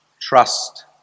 Trust